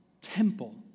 temple